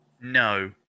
No